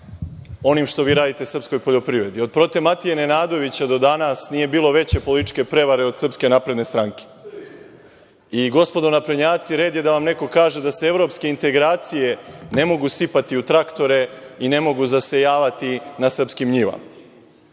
onim što vi radite srpskoj poljoprivredi. Od Prote Matije Nenadovića do danas nije bilo veće političke prevare od SNS. Gospodo naprednjaci, red je da vam neko kaže da se evropske integracije ne mogu sipati u traktore i ne mogu zasejavati na srpskim njivama. Postoji